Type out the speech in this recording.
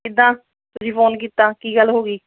ਕਿੱਦਾਂ ਤੁਸੀਂ ਫ਼ੋਨ ਕੀਤਾ ਕੀ ਗੱਲ ਹੋ ਗਈ